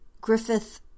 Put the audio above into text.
Griffith